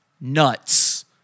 nuts